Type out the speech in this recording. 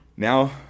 Now